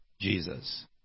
Jesus